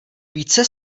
více